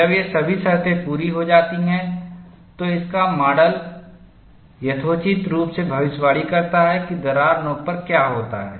जब ये सभी शर्तें पूरी हो जाती हैं तो उसका माडल यथोचित रूप से भविष्यवाणी करता है कि दरार नोक पर क्या होता है